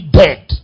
dead